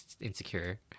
insecure